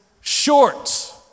short